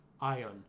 Ion